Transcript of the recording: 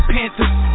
Panthers